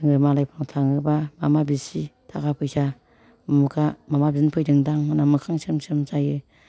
जोङो मालायफोरनाव थाङोबा आमा बिसि थाखा फैसा उमुगा माबा बिनो फैदोंदां होनना मोखां सोम सोम सोम जायो